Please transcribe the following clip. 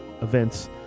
events